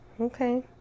Okay